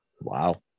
wow